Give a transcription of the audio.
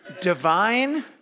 Divine